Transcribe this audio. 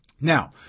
Now